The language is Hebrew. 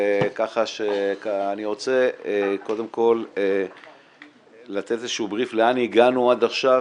כך שאני רוצה קודם כל לתת איזה שהוא בריף לאן הגענו עד עכשיו,